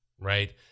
right